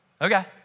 Okay